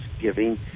giving